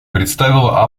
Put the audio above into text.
представила